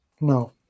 No